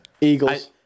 Eagles